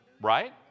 right